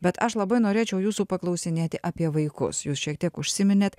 bet aš labai norėčiau jūsų paklausinėti apie vaikus jūs šiek tiek užsiminėt